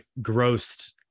grossed